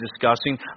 discussing